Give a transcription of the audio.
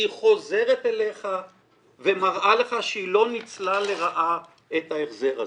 היא חוזרת אליך והיא מראה לך שהיא לא ניצלה לרעה את ההחזר הזה.